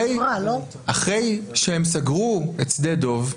אחרי שהם סגרו את שדה דב,